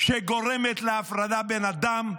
שגורמת להפרדה בין הדם,